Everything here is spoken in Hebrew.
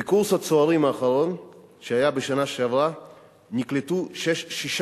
בקורס הצוערים האחרון שהיה בשנה שעברה נקלטו שש